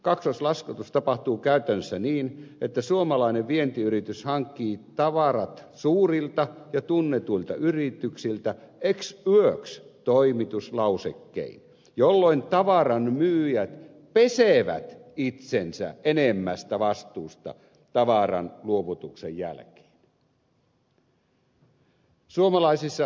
kaksoislaskutus tapahtuu käytännössä niin että suomalainen vientiyritys hankkii tavarat suurilta ja tunnetuilta yrityksiltä ex works toimituslausekkein jolloin tavaran myyjät pesevät itsensä enemmästä vastuusta tavaran luovutuksen jälkeen